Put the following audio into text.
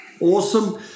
Awesome